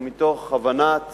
ומתוך הבנת